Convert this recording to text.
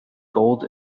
gold